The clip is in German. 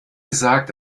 gesagt